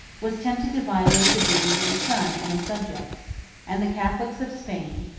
was tempted to violate the duties of a son and a subject and the catholics of spain,